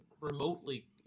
remotely